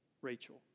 Rachel